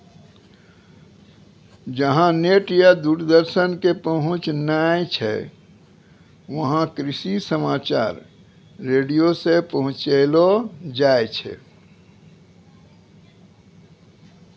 जहां नेट या दूरदर्शन के पहुंच नाय छै वहां कृषि समाचार रेडियो सॅ पहुंचैलो जाय छै